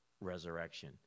resurrection